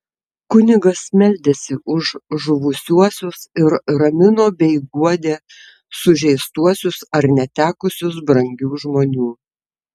kunigas meldėsi už žuvusiuosius ir ramino bei guodė sužeistuosius ar netekusius brangių žmonių